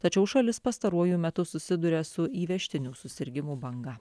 tačiau šalis pastaruoju metu susiduria su įvežtinių susirgimų banga